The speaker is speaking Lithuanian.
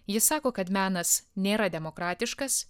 ji sako kad menas nėra demokratiškas